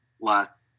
last